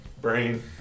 Brain